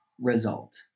result